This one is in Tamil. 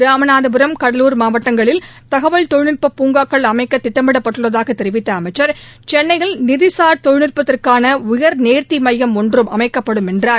ராமநாதபுரம் கடலூர் மாவட்டங்களில் தகவல் தொழில்நட்ப பூங்காக்கள் அமைக்க திட்டமிடப்பட்டுள்ளதாக தெரிவித்த அமைச்சர் சென்னையில் நிதிசார் தொழில்நுட்பத்திற்கான உயர் நேர்த்தி மையம் ஒன்றும் அமைக்கப்படும் என்றார்